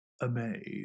amazed